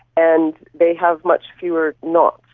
and they have much fewer knots.